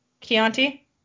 Chianti